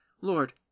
Lord